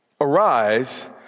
arise